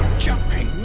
jumping